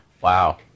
wow